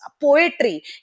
poetry